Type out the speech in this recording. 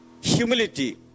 Humility